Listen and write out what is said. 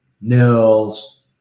Nils